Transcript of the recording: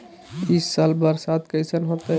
ई साल बरसात कैसन होतय?